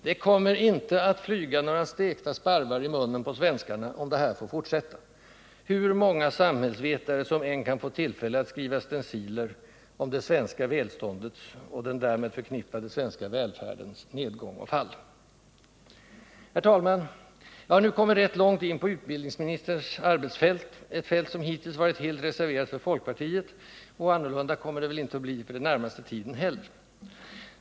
Det kommer inte att flyga några stekta sparvar i munnen på svenskarna, om det här får fortsätta, hur många samhällsvetare som än kan få tillfälle att skriva stenciler om det svenska välståndets och den därmed förknippade svenska välfärdens nedgång och fall. Herr talman! Jag har nu kommit rätt långt in på utbildningsministerns arbetsfält — ett fält som hittills varit helt reserverat för folkpartiet och annorlunda kommer det väl inte att bli för den närmaste tiden heller.